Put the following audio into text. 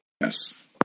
Yes